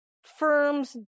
firms